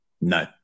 No